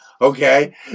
Okay